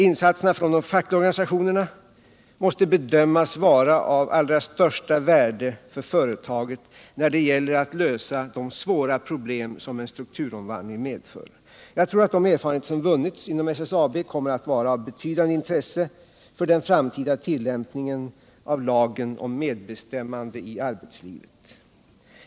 Insatserna från de fackliga organisationerna måste bedömas vara av största värde för företaget när det gäller att lösa de svåra problem som en strukturomvandling medför. Jag tror att de erfarenheter som vunnits inom SSAB kommer att vara av betydande intresse för den framtida tillämpningen av lagen om medbestämmande i arbetslivet.